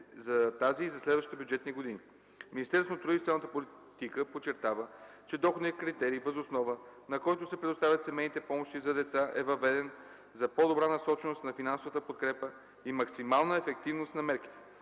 за тази и за следващите бюджетни години. Министерството на труда и социалната политика подчертава, че доходният критерий, въз основа на който се предоставят семейните помощи за деца, е въведен за по-добра насоченост на финансовата подкрепа и максимална ефективност на мерките.